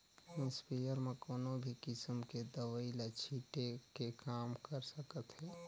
sprayer म कोनो भी किसम के दवई ल छिटे के काम कर सकत हे